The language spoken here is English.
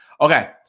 Okay